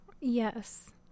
Yes